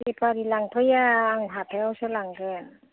बेफारि लांफैया आं हाथाइआवसो लांगोन